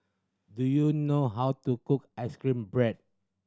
do you know how to cook ice cream bread